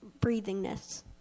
breathingness